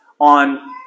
on